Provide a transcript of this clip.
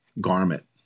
garment